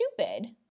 stupid